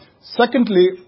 Secondly